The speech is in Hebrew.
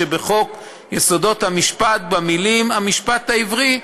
שבחוק יסודות המשפט במילים 'המשפט העברי'",